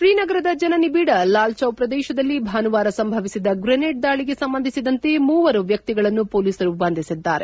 ಶ್ರೀನಗರದ ಜನನಿಬಿಡ ಲಾಲ್ ಚೌಕ್ ಪ್ರದೇಶದಲ್ಲಿ ಭಾನುವಾರ ಸಂಭವಿಸಿದ ಗ್ರೆನೇಡ್ ದಾಳಿಗೆ ಸಂಬಂಧಿಸಿದಂತೆ ಮೂವರು ವ್ಯಕ್ತಿಗಳನ್ನು ಮೊಲೀಸರು ಬಂಧಿಸಿದ್ದಾರೆ